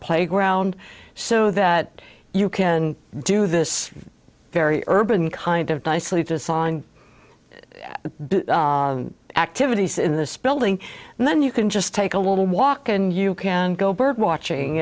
playground so that you can do this very urban kind of nicely designed activities in this building and then you can just take a little walk and you can go birdwatching